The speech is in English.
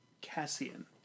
Cassian